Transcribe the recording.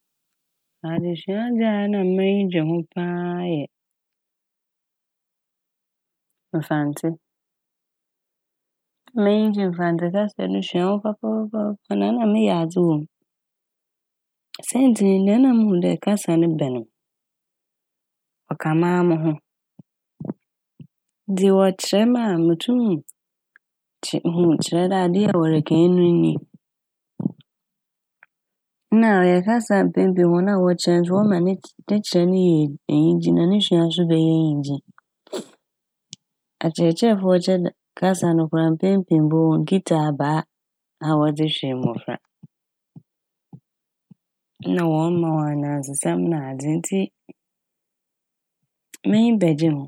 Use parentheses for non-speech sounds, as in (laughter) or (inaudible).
(hesitation) Adzesuadze a ma m'enyi gye ho paa yɛ Mfantse. Na m'enyi gye Mfantse kasa no sua ho papapapaapa na ɛna na meyɛ adze wɔ ho. Saintsir nye dɛ nna muhu dɛ kasa no bɛne m' ɔka maa mo ho (noise) ntsi wɔkyerɛ m' a mutum kye - hu - kyerɛ dɛ ade yi a wɔreka yi ɛno nyi (noise) na ɔyɛ kasa a mpɛn pii hɔn a wɔkyerɛ no so wɔma ne kyerɛ ne kyerɛ no so yɛ enyi - enyigye na no sua so bɛyɛ enyigye. (hesitation) Akyerɛkyerɛfo a wɔkyerɛ dɛ - kasa no koraa no mpɛn pii mpo wonnkitsa abaa a wɔdze hwe mbofra na wɔma hɔn anansesɛm nadze ntsi m'enyi bɛgyee ho